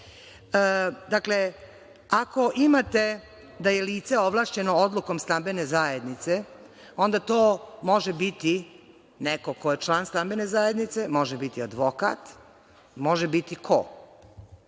nije? Dakle, ako imate da je lice ovlašćeno odlukom stambene zajednice, onda to može biti neko ko je član stambene zajednice, može biti advokat, može biti ko?